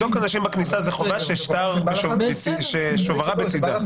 לבדוק אנשים בכניסה, זאת חובה ששוברה בצדה.